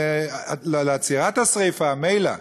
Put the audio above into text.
לעצירת השרפה מילא,